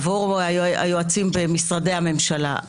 עבור ליועצים במשרדי הממשלה,